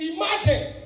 Imagine